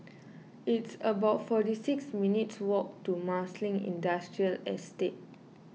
it's about forty six minutes' walk to Marsiling Industrial Estate